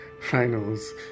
finals